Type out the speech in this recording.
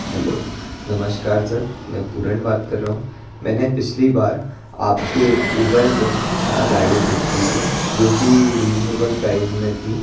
hello नमस्कार sir मैं पूरन बात कर रहा हूँ मैंने पिछली बार आपके उबर से गाड़ी बुक की थी जो कि रीजनेबल प्राइस में थी